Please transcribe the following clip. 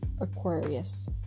Aquarius